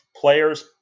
players